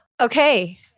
Okay